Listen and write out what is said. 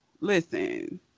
listen